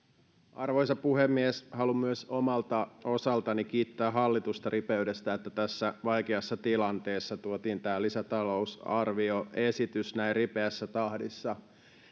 arvoisa puhemies haluan myös omalta osaltani kiittää hallitusta ripeydestä siitä että tässä vaikeassa tilanteessa tuotiin tämä lisätalousarvioesitys näin ripeässä tahdissa